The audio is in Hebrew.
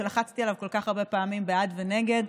שלחצתי עליו כל כך הרבה פעמים בעד ונגד,